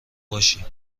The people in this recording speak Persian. باشی